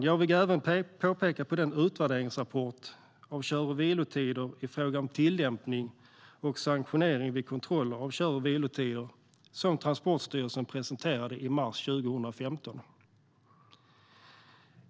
Jag vill även peka på den utvärderingsrapport i fråga om tillämpning och sanktionering vid kontroll av kör och vilotider som Transportstyrelsen presenterade i mars 2015.